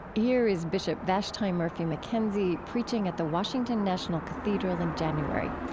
here is bishop vashti murphy mckenzie preaching at the washington national cathedral in january.